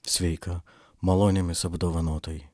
sveika malonėmis apdovanotoji